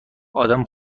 آدم